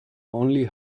only